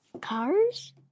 Cars